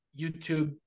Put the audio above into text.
YouTube